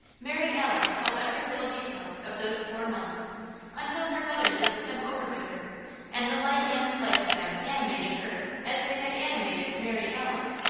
mary alice told every little detail of those four months until her mother lived them over with her and the light and life of them animated her as they had animated mary alice.